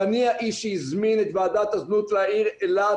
ואני האיש שהזמין את ועדת הזנות לעיר אילת.